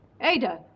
Ada